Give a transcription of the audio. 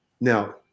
Now